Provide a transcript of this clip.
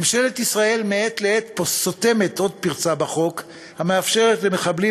ממשלת ישראל מעת לעת סותמת עוד פרצה בחוק המאפשרת למחבלים